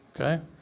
Okay